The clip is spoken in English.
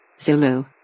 Zulu